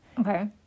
okay